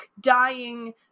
dying